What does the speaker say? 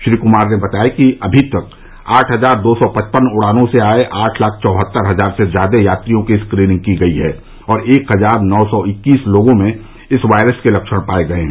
श्री कुमार ने बताया कि अभी तक आठ हज़ार दो सौ पचपन उडानों से आये आठ लाख चौहत्तर हज़ार से ज़्यादा यात्रियों की स्क्रीनिंग की गई है और एक हज़ार नौ सौ इक्कीस लोगों में इस वायरस के लक्षण पाये गये हैं